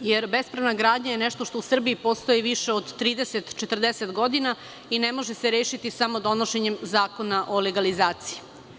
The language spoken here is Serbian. jer bespravna gradnja je nešto što u Srbiji postoji više od 30, 40 godina i ne može se rešiti samo donošenjem Zakona o legalizaciji.